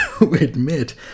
admit